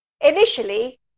initially